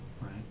right